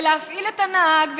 ולהפעיל את הנהג,